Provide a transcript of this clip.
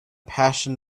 passion